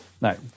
No